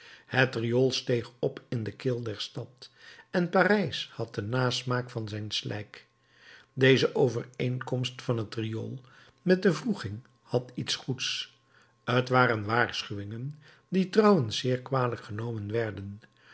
het riool steeg op in de keel der stad en parijs had den nasmaak van zijn slijk deze overeenkomst van het riool met de wroeging had iets goeds t waren waarschuwingen die trouwens zeer kwalijk genomen werden